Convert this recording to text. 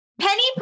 Penny